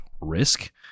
risk